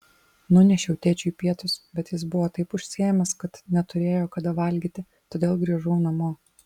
nunešiau tėčiui pietus bet jis buvo taip užsiėmęs kad neturėjo kada valgyti todėl grįžau namo